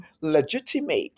legitimate